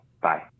Bye